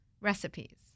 recipes